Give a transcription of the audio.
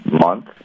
month